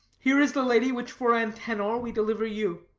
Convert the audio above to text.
here is the lady which for antenor we deliver you